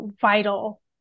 vital